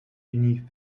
beneath